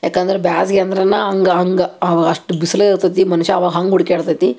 ಯಾಕಂದರೆ ಬೇಸ್ಗೆ ಅಂದ್ರೇನ ಹಂಗ ಹಂಗ ಅಷ್ಟು ಬಿಸ್ಲು ಇರ್ತತಿ ಮನುಷ್ಯ ಅವ ಹಂಗೆ ಹುಡ್ಕ್ಯಾಡ್ತೈತಿ